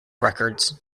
records